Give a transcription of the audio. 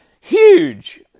Huge